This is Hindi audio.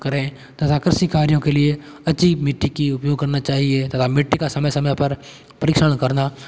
करें तथा कृषि कार्यों के लिए अच्छी मिट्टी की उपयोग करना चाहिए तथा मिट्टी का समय समय पर परीक्षण करना